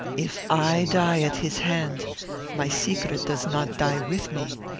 if i die at his hand my secret does not die with me.